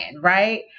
right